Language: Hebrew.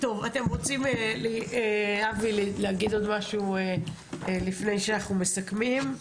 אתם רוצים להגיד עוד משהו לפני שאנחנו מסכמים?